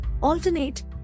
alternate